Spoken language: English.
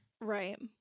Right